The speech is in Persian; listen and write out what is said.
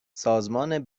سازمان